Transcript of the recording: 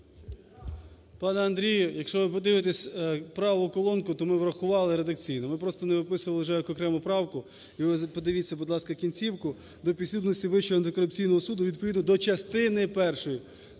Пане Андрію, якщо ви подивитесь праву колонку, то ми врахували редакційно, ми просто не описували вже як окрему правку і ви подивіться, будь ласка, кінцівку "до підслідності Вищого антикорупційного суду, відповідно до частини першої".